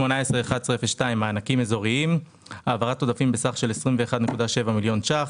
תוכנית 181102 מענקים אזוריים: העברת עודפים בסך של 21.7 מיליון שקלים.